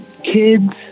kids